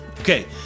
Okay